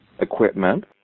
equipment